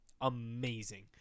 amazing